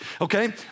okay